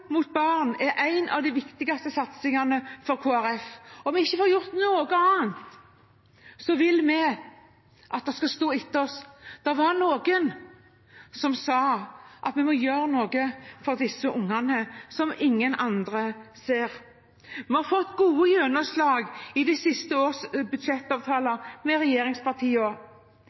mot barn er en av de viktigste satsingene for Kristelig Folkeparti. Om vi ikke får gjort noe annet, vil vi at det skal stå etter oss: Det var noen som sa at vi må gjøre noe for disse ungene som ingen andre ser. Vi har fått godt gjennomslag i de siste års budsjettavtaler med regjeringspartiene.